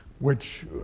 which